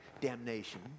damnation